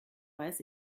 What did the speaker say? weiß